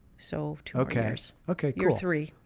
so, okay, ours. okay. your three?